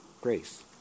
grace